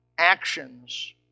actions